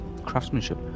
Craftsmanship